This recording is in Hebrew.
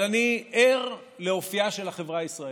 אבל אני ער לאופייה של החברה הישראלית,